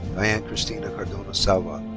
diana cristina cardona-salva.